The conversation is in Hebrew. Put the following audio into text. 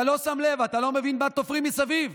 אתה לא שם לב, אתה לא מבין מה תופרים מסביב.